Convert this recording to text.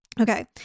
okay